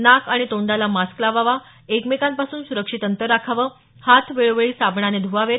नाक आणि तोंडाला मास्क लावावा एकमेकांपासून सुरक्षित अंतर राखावं हात वेळोवेळी साबणाने धुवावेत